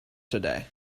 today